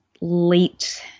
late